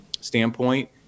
standpoint